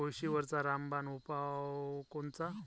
कोळशीवरचा रामबान उपाव कोनचा?